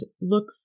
look